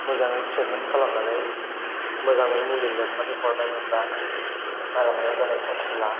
मोजाङै ट्रिटमेन खालामनानै मोजाङै मुलि लिरनानै हरनायमोनब्ला आंनि गारामायाव जानाय टन्सिला